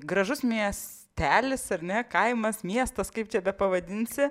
gražus miestelis ar ne kaimas miestas kaip čia bepavadinsi